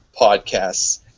podcasts